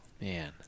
man